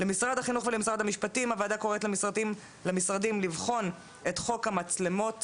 משרד החינוך ומשרד המשפטים הוועדה קוראת למשרדים לבחון את חוק המצלמות